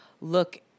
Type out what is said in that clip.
look